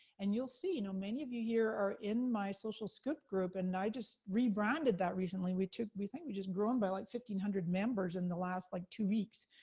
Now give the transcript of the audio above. and you'll see, you know many of you here, are in my social scoop group, and i just rebranded that recently, we took, we think we've just grown by like fifteen hundred members in the last like two weeks,